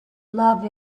love